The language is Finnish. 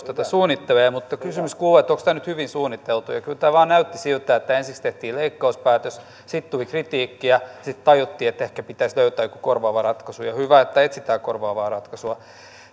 tätä suunnittelee mutta kysymys kuuluu onko tämä nyt hyvin suunniteltu kyllä tämä vain näytti siltä että ensiksi tehtiin leikkauspäätös sitten tuli kritiikkiä sitten tajuttiin että ehkä pitäisi löytää joku korvaava ratkaisu ja hyvä että etsitään korvaavaa ratkaisua